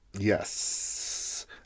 Yes